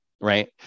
right